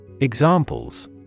Examples